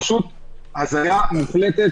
זאת פשוט הזיה מוחלטת.